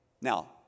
Now